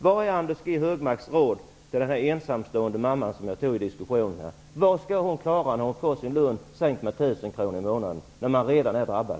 Vad är Anders G Högmarks svar till den ensamstående mamma som jag nämnde? Vad skall hon klara med när hon får sin lön sänkt med 1 000 kr i månaden när hon redan är drabbad?